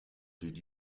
did